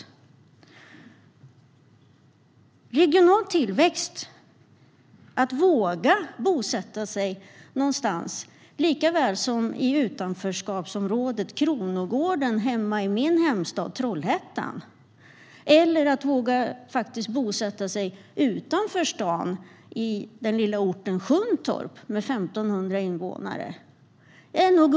När det gäller regional tillväxt är det nog ett lika stort steg för många att våga bosätta sig i utanförskapsområdet Kronogården i min hemstad Trollhättan som utanför stan i den lilla orten Sjuntorp med 1 500 invånare.